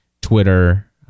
Twitter